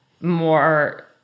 more